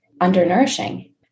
undernourishing